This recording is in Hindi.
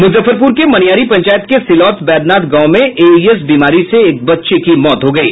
मुजफ्फरपुर के मनियारी पंचायत के सिलौथ बैद्यनाथ गांव में एईएस बीमारी से एक बच्चे की मौत हो गयी